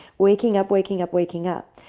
waking up, waking up, waking up.